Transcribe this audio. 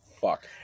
fuck